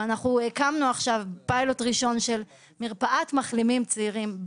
והקמנו עכשיו פיילוט ראשון של מרפאת מחלימים צעירים.